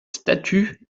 statue